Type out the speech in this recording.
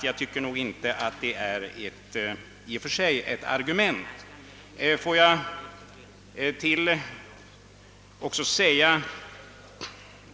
Jag tycker därför inte att detta var något argument att framföra i detta sammanhang.